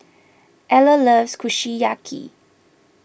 Eller loves Kushiyaki